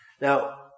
Now